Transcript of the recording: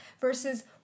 versus